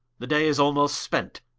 the day is almost spent,